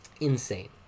insane